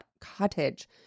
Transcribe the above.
cottage